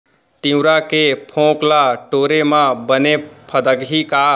तिंवरा के फोंक ल टोरे म बने फदकही का?